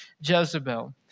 Jezebel